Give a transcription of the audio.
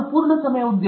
ಪೂರ್ಣ ಸಮಯ ಉದ್ಯೋಗ